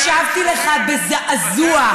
והקשבתי לך בזעזוע.